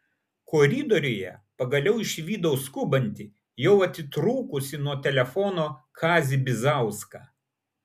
koridoriuje pagaliau išvydau skubantį jau atitrūkusį nuo telefono kazį bizauską